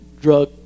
drug